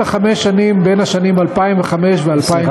אלא חמש שנים בין השנים 2005 ו-2010,